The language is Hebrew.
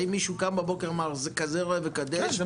האם מישהו קם בבוקר ואמר "זה כזה ראה וקדש" או